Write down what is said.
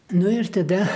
nu ir tada